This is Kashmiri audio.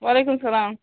وعلیکُم السلام